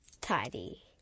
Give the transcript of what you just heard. tidy